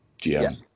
gm